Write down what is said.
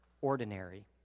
ordinary